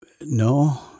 No